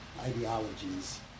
ideologies